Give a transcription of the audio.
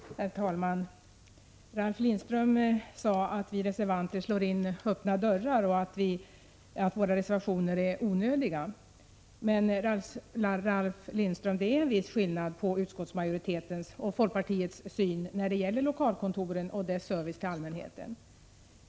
Herr talman! Ralf Lindström sade att vi reservanter slår in öppna dörrar och att våra reservationer är onödiga. Men, Ralf Lindström, det är en viss skillnad på utskottsmajoritetens och folkpartiets syn på lokalkontoren och deras service till allmänheten.